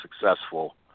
successful